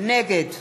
נגד